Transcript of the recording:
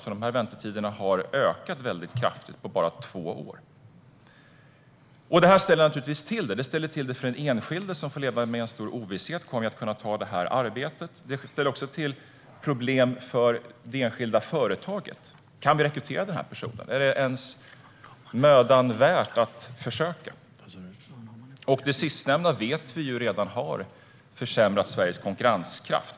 Väntetiderna har ökat kraftigt på bara två år. Det här ställer till det, för den enskilde som får leva med stor ovisshet - kommer jag att kunna ta det här arbetet? Det ställer också till det för det enskilda företaget - kan vi rekrytera den här personen? Är det ens värt mödan att försöka? Vi vet redan att det sistnämnda har försämrat Sveriges konkurrenskraft.